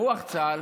ברוח צה"ל,